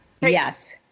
Yes